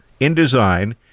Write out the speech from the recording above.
InDesign